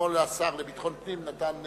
אתמול השר לביטחון פנים נתן,